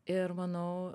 ir manau